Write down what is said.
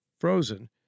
frozen